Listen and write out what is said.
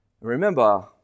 Remember